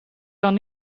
kan